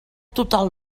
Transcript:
total